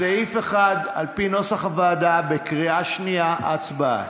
סעיף 1 על פי נוסח הוועדה בקריאה שנייה, הצבעה.